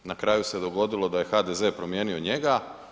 Na kraju se dogodilo da je HDZ promijenio njega.